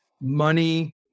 money